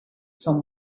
son